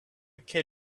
kid